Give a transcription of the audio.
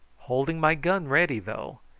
holding my gun ready though,